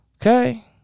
Okay